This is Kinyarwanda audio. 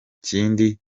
kindi